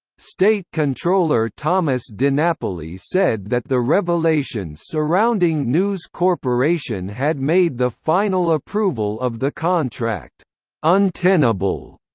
state comptroller thomas dinapoli said that the revelations surrounding news corporation had made the final approval of the contract untenable.